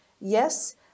Yes